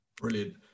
Brilliant